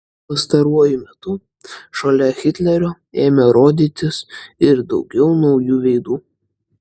pastaruoju metu šalia hitlerio ėmė rodytis ir daugiau naujų veidų